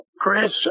Chris